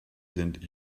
sind